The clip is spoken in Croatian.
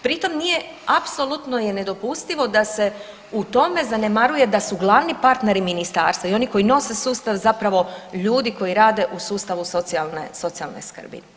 Pritom nije, apsolutno je nedopustivo da se u tome zanemaruje da su glavni partneri ministarstva i oni koji nose sustav zapravo ljudi koji rade u sustavu socijalne skrbi.